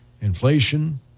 Inflation